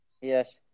Yes